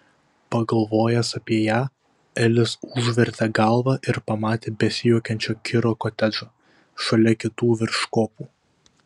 pagalvojęs apie ją elis užvertė galvą ir pamatė besijuokiančio kiro kotedžą šalia kitų virš kopų